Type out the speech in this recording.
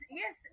yes